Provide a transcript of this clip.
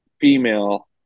female